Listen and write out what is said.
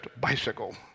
bicycle